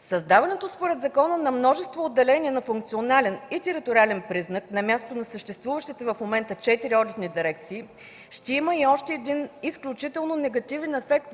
Създаването според закона на множество отделения на функционален и териториален признак на място на съществуващите в момента четири одитни дирекции ще има и още един изключително негативен ефект върху